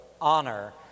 honor